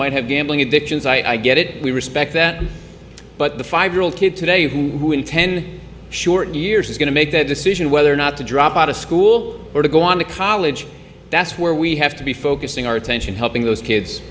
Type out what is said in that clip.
might have gambling addictions i get it we respect that but the five year old kid today who in ten short years is going to make that decision whether or not to drop out of school or to go on to college that's where we have to be focusing our attention helping those kids